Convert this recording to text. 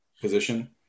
position